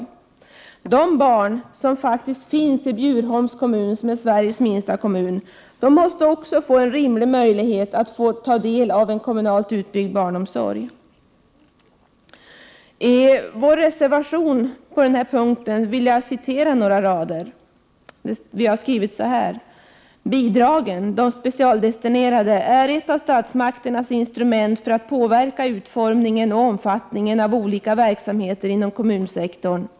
Också de barn som faktiskt finns i Bjurholms kommun, som är Sveriges minsta kommun, måste få en rimlig möjlighet att ta del av en kommunalt utbyggd barnomsorg. Jag vill citera några rader ur vår reservation på den här punkten: ”Bidragen är ett av statsmakternas instrument för att påverka utformningen och omfattningen av olika verksamheter inom kommunsektorn.